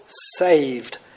saved